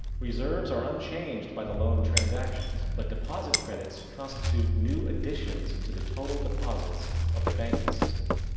reserves are unchanged by the loan transactions. but, deposit credits constitute new additions to the total deposits of the banking system.